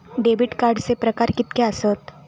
Debit कार्डचे प्रकार कीतके आसत?